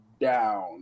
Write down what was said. down